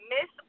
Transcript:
Miss